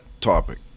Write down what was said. topic